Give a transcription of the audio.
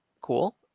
cool